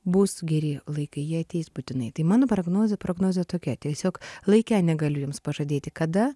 bus geri laikai jie ateis būtinai tai mano prognozė prognozė tokia tiesiog laike negaliu jums pažadėti kada